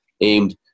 aimed